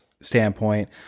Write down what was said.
standpoint